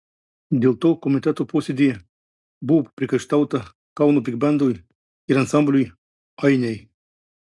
dėl to komiteto posėdyje buvo papriekaištauta kauno bigbendui ir ansambliui ainiai